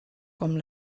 com